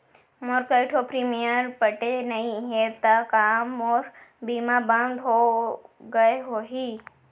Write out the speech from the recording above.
मोर कई ठो प्रीमियम पटे नई हे ता का मोर बीमा बंद हो गए होही?